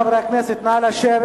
חברי חברי הכנסת, נא לשבת,